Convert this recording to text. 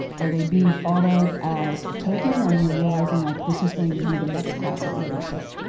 are they being thought of as a token or are you realizing like this is going to be the next class of leadership?